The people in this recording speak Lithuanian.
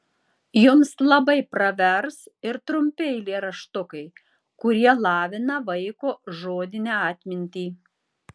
jums labai pravers ir trumpi eilėraštukai kurie lavina vaiko žodinę atmintį